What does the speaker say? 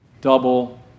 Double